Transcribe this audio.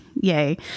Yay